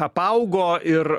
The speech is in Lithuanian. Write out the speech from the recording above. apaugo ir